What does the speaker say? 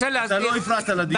אתה לא הפרעת לדיון,